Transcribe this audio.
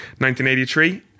1983